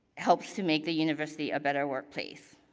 helps to make the university a better workplace.